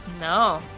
No